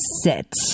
sit